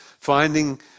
finding